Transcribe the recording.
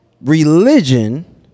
religion